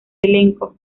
elenco